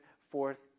forth